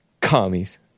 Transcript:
Commies